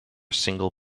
single